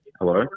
Hello